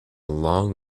long